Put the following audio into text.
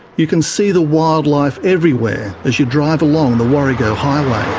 you can see the wildlife everywhere as you drive along the warrego highway.